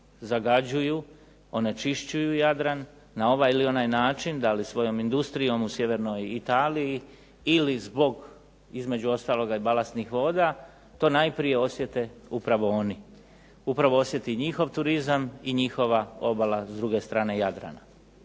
zagađuju onečišćuju Jadran na ovaj ili onaj način, da li svojom industrijom u sjevernoj Italiji ili zbog između ostaloga balastnih voda, to najprije osjete oni, upravo osjeti njihov turizam i njihova obala s druge strane Jadrana.